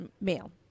male